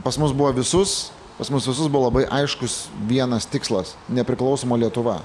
pas mus buvo visus pas mus visus labai aiškus vienas tikslas nepriklausoma lietuva